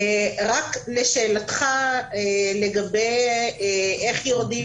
רק לשאלתך לגבי איך יורדים